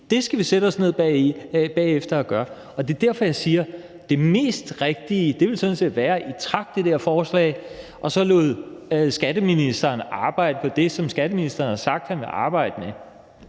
Det skal vi sætte os ned bagefter og snakke om, og det er derfor, jeg siger, at det mest rigtige sådan set ville være, at I trak det her forslag og så lod skatteministeren arbejde på det, som skatteministeren har sagt han vil arbejde med.